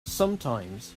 sometimes